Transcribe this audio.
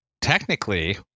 technically